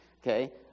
okay